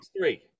three